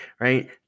right